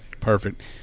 Perfect